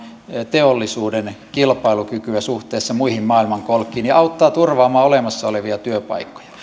teollisuuden kilpailukykyä suhteessa muihin maailmankolkkiin ja auttaa turvaamaan olemassa olevia työpaikkoja